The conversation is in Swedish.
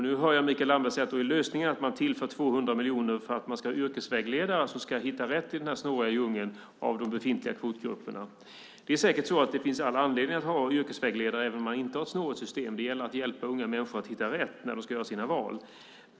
Nu säger Mikael Damberg att lösningen är att man tillför 200 miljoner för att man ska ha yrkesvägledare som ska hitta rätt i den snåriga djungeln av kvotgrupper. Det finns säkert anledning att ha yrkesvägledare även om man inte har ett snårigt system. Det gäller att hjälpa unga människor att hitta rätt när de ska göra sina val.